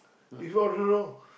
if you order wrong